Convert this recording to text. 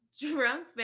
drunk